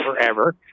forever